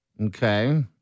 Okay